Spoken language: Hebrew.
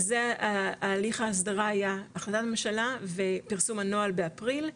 אז זה ההליך ההסדרה היה החלטת הממשלה ופרסום הנוהל באפריל,